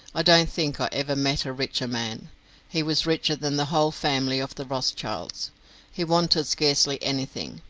i don't think i ever met a richer man he was richer than the whole family of the rothschilds he wanted scarcely anything.